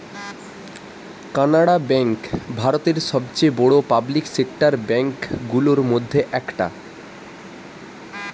Canara bank ভারতের সবচেয়ে বড়ো পাবলিক সেক্টর ব্যাঙ্ক গুলোর মধ্যে একটা